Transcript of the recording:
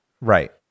Right